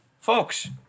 folks